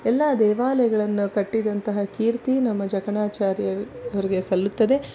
ಎಲ್ಲಾ ದೇವಾಲಯಗಳನ್ನು ಕಟ್ಟಿದಂತಹ ಕೀರ್ತೀ ನಮ್ಮ ಜಕಣಾಚಾರ್ಯ ಅವರಿಗೆ ಸಲ್ಲುತ್ತದೆ